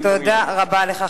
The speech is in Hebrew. תודה רבה לך,